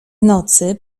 nocy